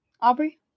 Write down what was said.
Aubrey